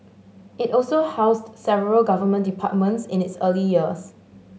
it also housed several Government departments in its early years